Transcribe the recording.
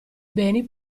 beni